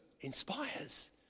inspires